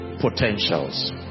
potentials